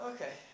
Okay